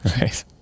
Right